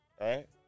right